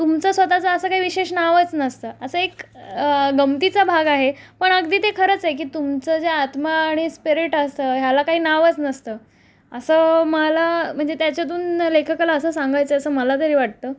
तुमचं स्वतःचं असा काही विशेष नावच नसतं असा एक गमतीचा भाग आहे पण अगदी ते खरंच आहे की तुमचं जे आत्मा स्पिरेट असतं ह्याला काही नावच नसतं असं मला म्हणजे त्याच्यातून लेखकाला असं सांगायचं असं मला तरी वाटतं